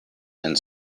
and